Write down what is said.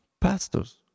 pastors